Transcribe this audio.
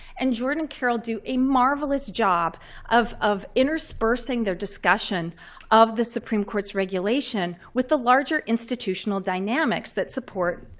and jordan and carol do a marvelous job of of interspersing their discussion of the supreme court's regulation with the larger institutional dynamics that support